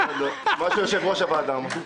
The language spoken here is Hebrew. מה שיושב-ראש הוועדה אמר.